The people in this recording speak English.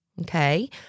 Okay